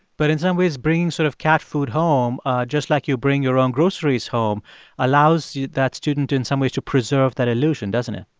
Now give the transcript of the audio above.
but in some ways, bringing sort of cat food home just like you bring your own groceries home allows that student, in some ways, to preserve that illusion, doesn't it?